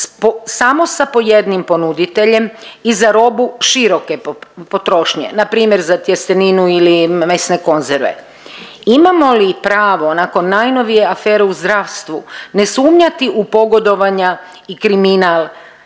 sa po jednim ponuditeljem i za robu široke potrošnje, na primjer za tjesteninu ili mesne konzerve. Imamo li pravo nakon najnovije afere u zdravstvu ne sumnjati u pogodovanja i kriminal,